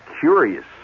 curious